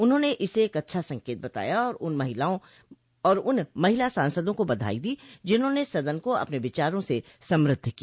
उन्होंने इसे एक अच्छा संकेत बताया और उन महिला सांसदों को बधाई दी जिन्होंने सदन को अपने विचारों से सम्रद्ध किया